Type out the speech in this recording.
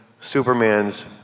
Superman's